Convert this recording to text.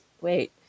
wait